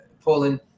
Poland